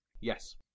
Yes